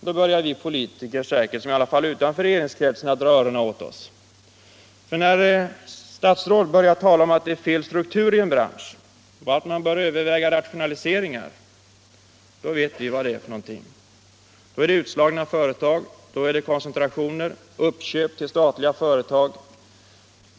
Då börjar vi politiker som står utanför regeringskretsen att dra öronen åt oss. När ett statsråd talar om att det är fel struktur i en bransch och att man bör överväga rationaliseringar, då vet vi vad det är för någonting. Då är det utslagna företag, då är det koncentrationer och uppköp till statliga företag.